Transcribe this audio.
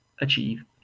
achieve